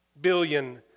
billion